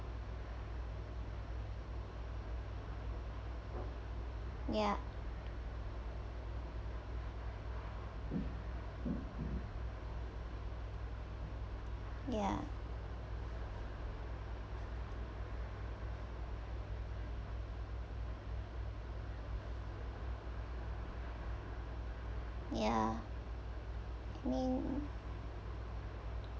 ya ya ya I mean